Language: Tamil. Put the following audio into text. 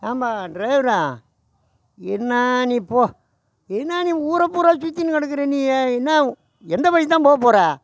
ஏம்பா டிரைவரு என்ன நீ போ என்ன நீ ஊர் பூரா சுற்றினு கிடக்குற நீ என்ன எந்த வழிக்கு தான் போக போகிற